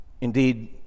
Indeed